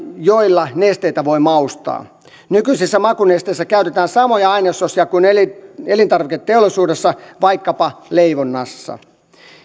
joilla nesteitä voi maustaa nykyisissä makunesteissä käytetään samoja ainesosia kuin elintarviketeollisuudessa vaikkapa leivonnassa